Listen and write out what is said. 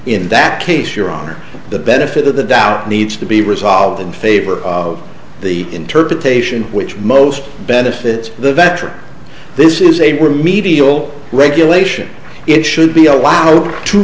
in that case your honor the benefit of the doubt needs to be resolved in favor of the interpretation which most benefits the veteran this is a remedial regulation it should be allowed to